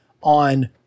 on